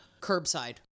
curbside